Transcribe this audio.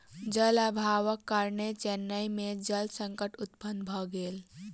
जल अभावक कारणेँ चेन्नई में जल संकट उत्पन्न भ गेल